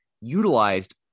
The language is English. utilized